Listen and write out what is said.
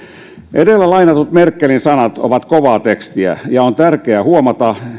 edellä lainatut merkelin sanat ovat kovaa tekstiä ja on tärkeää huomata